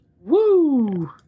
Woo